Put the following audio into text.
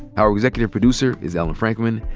our executive producer is ellen frankman.